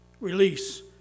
release